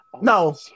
No